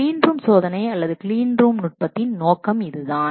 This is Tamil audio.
கிளீன் ரூம் சோதனை அல்லது கிளீன் ரூம் நுட்பத்தின் நோக்கம் இதுதான்